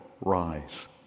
rise